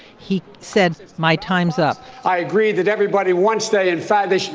he said, my time's up i agree that everybody, once they in fact, they